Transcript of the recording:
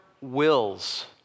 wills